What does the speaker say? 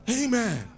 amen